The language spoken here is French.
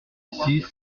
six